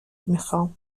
میخام